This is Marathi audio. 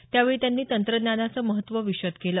त्यावेळी त्यांनी तंत्रज्ञानाचं महत्त्व विषद केलं